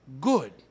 good